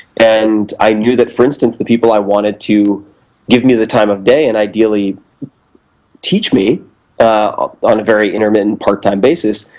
and i knew that, for instance, the people i wanted to give me the time of day and ideally teach me ah on a very intermittent, part time basis,